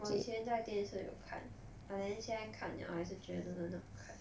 我以前在电视有看 but then 现在看了还是觉得很好看